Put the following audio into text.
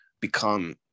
become